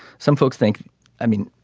some folks think i mean